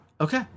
Okay